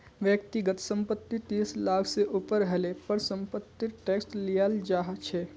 व्यक्तिगत संपत्ति तीस लाख से ऊपर हले पर समपत्तिर टैक्स लियाल जा छे